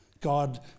God